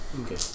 Okay